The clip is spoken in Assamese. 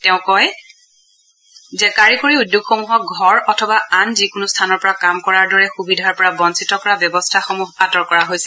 তেওঁ কয় যে কাৰিকৰী উদ্যোগসমূহক ঘৰ অথবা আন যিকোনো স্থানৰ পৰা কাম কৰাৰ দৰে সুবিধাৰ পৰা বঞ্চিত কৰা ব্যৱস্থাসমূহ আঁতৰ কৰা হৈছে